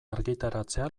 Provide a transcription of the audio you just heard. argitaratzea